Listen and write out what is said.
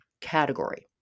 category